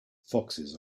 foxes